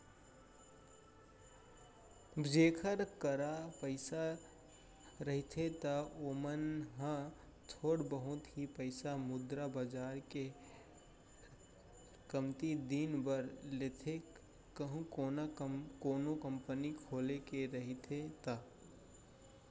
जेखर करा पइसा रहिथे त ओमन ह थोर बहुत ही पइसा मुद्रा बजार ले कमती दिन बर ले लेथे कहूं कोनो कंपनी खोले के रहिथे ता